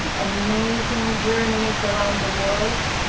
and amazing journeys around the world,